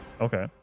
Okay